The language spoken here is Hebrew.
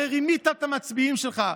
הרי רימית את המצביעים שלך.